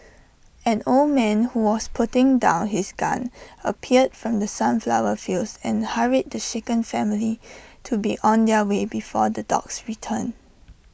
an old man who was putting down his gun appeared from the sunflower fields and hurried the shaken family to be on their way before the dogs return